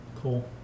cool